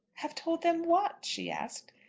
have told them what? she asked.